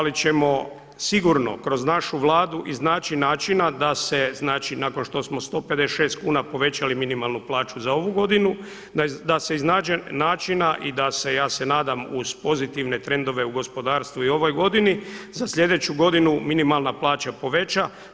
Ali ćemo sigurno kroz našu Vladu iznaći načina da se znači nakon što smo 156 kuna povećali minimalnu plaću za ovu godinu, da se iznađe načina i da se ja se nadam uz pozitivne trendove u gospodarstvu i u ovoj godini, za sljedeću godinu minimalna plaća poveća.